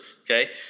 okay